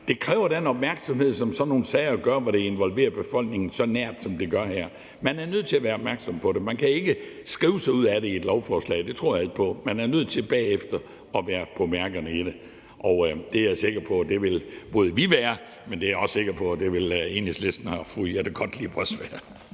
det kræver den opmærksomhed, som sådan nogle sager gør, hvor man involverer befolkningen sådan nært, som man gør her. Man er nødt til at være opmærksom på det. Man kan ikke skrive sig ud af det i et lovforslag – det tror jeg ikke på – man er nødt til bagefter at være oppe på mærkerne i det. Og det er jeg sikker på at både vi og Enhedslisten og fru Jette Gottlieb vil være.